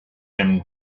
him